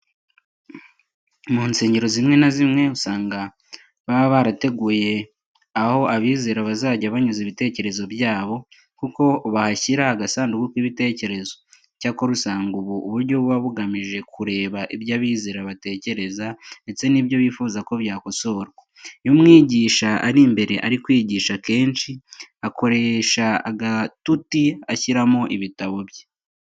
Mu nsengero zimwe na zimwe usanga baba barateguye aho abizera bazajya banyuza ibitekerezo byabo, kuko bahashyira agasanduku k'ibitekerezo. Icyakora usanga ubu buryo buba bugamije kureba ibyo abizera batekereza ndetse n'ibyo bifuza ko byakosorwa. Iyo umwigisha ari imbere ari kwigisha akenshi akoresha agatuti ashyiraho ibitabo bye.